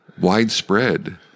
widespread